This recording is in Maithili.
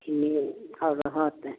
देखलियौ हाँ रहत